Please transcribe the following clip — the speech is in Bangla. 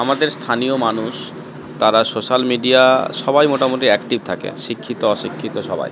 আমাদের স্থানীয় মানুষ তারা সোশ্যাল মিডিয়া সবাই মোটামুটি অ্যাক্টিভ থাকে শিক্ষিত অশিক্ষিত সবাই